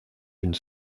une